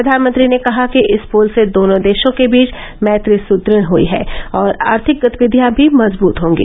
प्रधानमंत्री ने कहा कि इस पुल से दोनों देशों के बीच मैत्री सुद्रद हई है और आर्थिक गतिविधियां भी मजबूत होगी